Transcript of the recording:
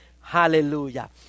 Hallelujah